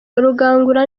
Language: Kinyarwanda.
rugangura